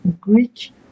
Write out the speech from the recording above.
Greek